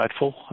insightful